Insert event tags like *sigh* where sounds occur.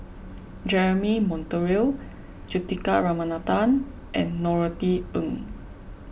*noise* Jeremy Monteiro Juthika Ramanathan and Norothy Ng